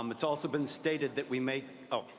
um it's also been stated that we may oh,